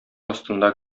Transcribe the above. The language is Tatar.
астында